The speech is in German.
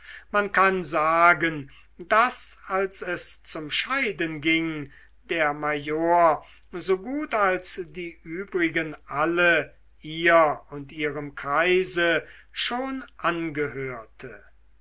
man kann sagen daß als es zum scheiden ging der major so gut als die übrigen alle ihr und ihrem kreise schon angehörte